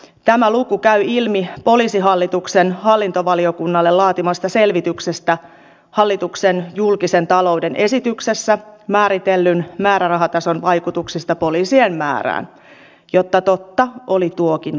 tämä luku käy ilmi poliisihallituksen hallintovaliokunnalle laatimasta selvityksestä hallituksen julkisen talouden esityksessä määritellyn määrärahatason vaikutuksista poliisien määrään niin että totta oli tuokin luku